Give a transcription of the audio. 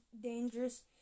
dangerous